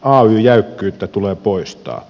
ay jäykkyyttä tulee poistaa